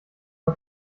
mal